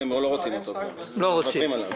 הם לא רוצים אותו, מוותרים עליו.